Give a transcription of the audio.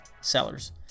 Sellers